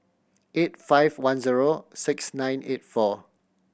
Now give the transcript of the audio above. eight five one zero six nine eight four